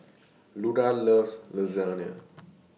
Luda loves Lasagne